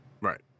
Right